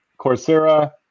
Coursera